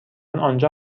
آنجا